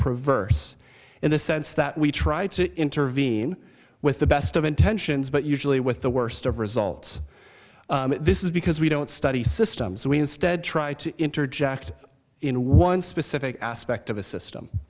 perverse in the sense that we try to intervene with the best of intentions but usually with the worst of results this is because we don't study systems so we instead try to interject in one specific aspect of a system